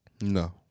No